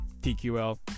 TQL